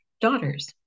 daughters